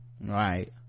right